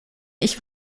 ich